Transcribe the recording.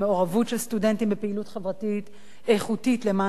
סטודנטים בפעילות חברתית איכותית למען הקהילה.